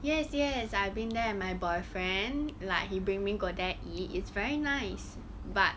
yes yes I been there with my boyfriend like he bring me go there eat it's very nice but